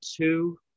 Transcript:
two